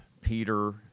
Peter